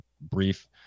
brief